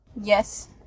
yes